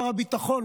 שר הביטחון,